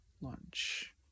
lunch